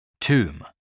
tomb